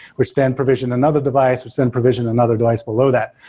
which then provision another device which then provision another device below that.